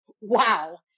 wow